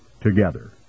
together